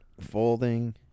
Folding